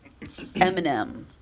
Eminem